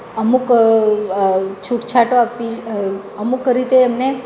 અમુક છૂટછાટ આપવી અમુક રીતે એમને